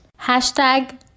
Hashtag